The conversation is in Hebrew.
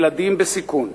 ילדים בסיכון.